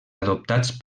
adoptats